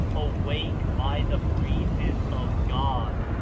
awake by the breezes of god!